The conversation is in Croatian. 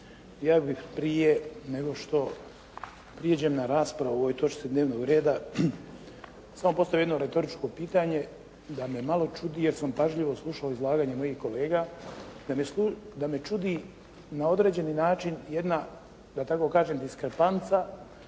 Ja bih prije nego što prijeđem na raspravu o ovoj točci dnevnog reda samo postavio jedno retoričko pitanje, da me malo čudi, jer sam pažljivo slušao izlaganje mojih kolega, da me čudi na određeni način jedna da tako kažem diskrepanca